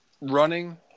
running